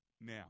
Now